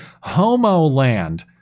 HOMO-LAND